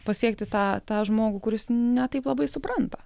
pasiekti tą tą žmogų kuris ne taip labai supranta